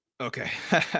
okay